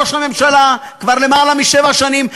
ראש הממשלה כבר למעלה משבע שנים,